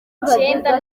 icyenda